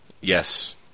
Yes